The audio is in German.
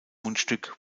mundstück